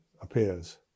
appears